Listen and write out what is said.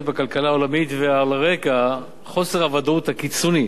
בכלכלה העולמית ועל רקע חוסר הוודאות הקיצוני